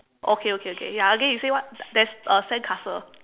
okay okay okay ya again you say what there's a sandcastle